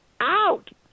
out